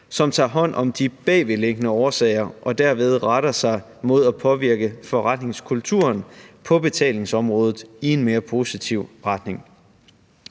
som tager hånd om de bagvedliggende årsager og derved retter sig mod at påvirke forretningskulturen på betalingsområdet i en mere positiv retning.